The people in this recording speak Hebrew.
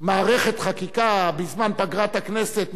מערכת חקיקה בזמן פגרת הכנסת,